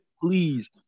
Please